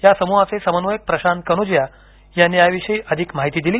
या समूहाचे समन्वयक प्रशांत कानोजिया यांनी याविषयी अधिक माहिती दिली